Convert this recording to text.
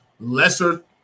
lesser